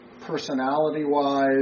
personality-wise